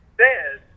says